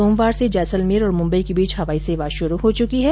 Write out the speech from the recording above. सोमवार से जैसलमेर और मुंबई के बीच हवाई सेवा शुरू हो चुकी है